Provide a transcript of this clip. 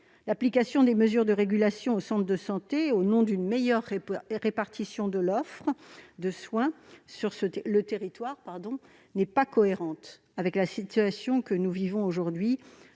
L'application des mesures de régulation aux centres de santé, au nom d'une meilleure répartition de l'offre de soins, sur le territoire n'est pas cohérente avec la situation que nous vivons aujourd'hui